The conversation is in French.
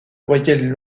voyelles